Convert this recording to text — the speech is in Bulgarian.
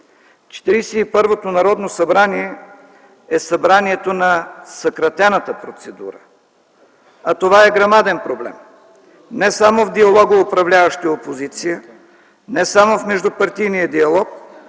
първото Народно събрание е събранието на съкратената процедура, а това е грамаден проблем, не само в диалога управляващи-опозиция, не само в междупартийния диалог,